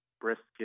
brisket